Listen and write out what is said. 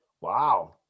Wow